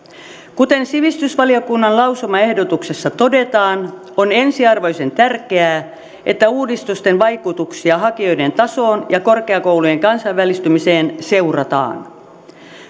kuten sivistysvaliokunnan lausumaehdotuksessa todetaan on ensiarvoisen tärkeää että uudistusten vaikutuksia hakijoiden tasoon ja korkeakoulujen kansainvälistymiseen seurataan